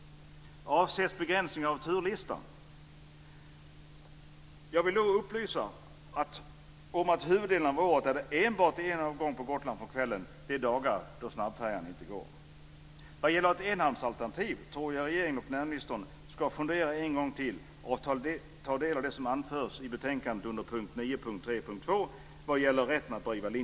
Avses begränsningar av turlistan? Jag vill då upplysa om att huvuddelen av året är det enbart en avgång från Gotland på kvällen de dagar då det inte går någon snabbfärja. När det gäller enhamnsalternativet tror jag att regeringen och näringsministern ska fundera en gång till och ta del av det som anförs i betänkandet under Fru talman!